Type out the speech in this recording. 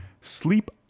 sleep